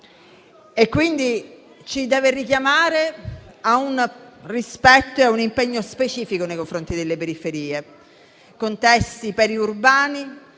e quindi ci deve richiamare a un rispetto e a un impegno specifico nei confronti delle periferie. I contesti periurbani